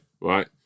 right